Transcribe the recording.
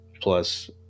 plus